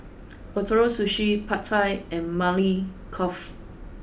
Ootoro Sushi Pad Thai and Maili Kofta